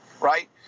right